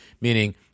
meaning